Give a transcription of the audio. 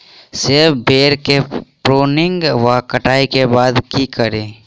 सेब बेर केँ प्रूनिंग वा कटाई केँ बाद की करि?